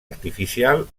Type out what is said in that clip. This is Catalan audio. artificial